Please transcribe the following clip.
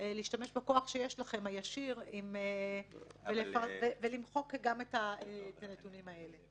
להשתמש בכוח הישיר שיש לכם ולמחוק גם את הנתונים האלה.